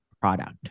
product